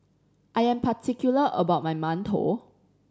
I am particular about my mantou